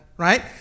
Right